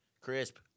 crisp